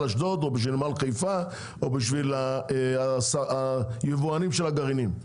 אשדוד או בשביל נמל חיפה או בשביל היבואנים של הגרעינים.